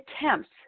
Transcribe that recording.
attempts